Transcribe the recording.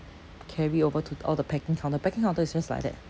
carry over to the all the packing counter packing counter is just like that